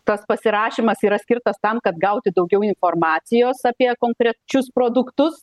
tas pasirašymas yra skirtas tam kad gauti daugiau informacijos apie konkrečius produktus